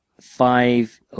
five